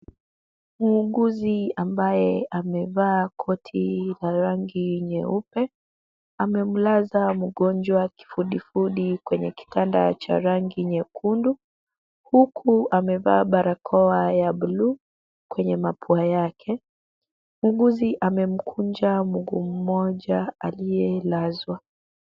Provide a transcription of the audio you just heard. Muuguzi ambaye amevaa koti la rangi nyeupe, amemlaza mgonjwa kifudifudi kwenye kitanda cha rangi nyekundu, huku amevaa barakoa ya blue kwenye mapua yake. Muuguzi amemkunja mguu mmoja aliyelazwa.